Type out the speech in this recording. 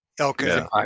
Okay